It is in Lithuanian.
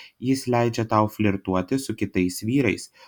jis leidžia tau flirtuoti su kitais vyrais